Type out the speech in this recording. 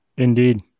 Indeed